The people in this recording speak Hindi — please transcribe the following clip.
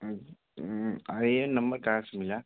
हा ये नम्बर कहाँ से मिला